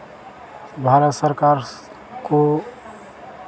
भारत सरकार को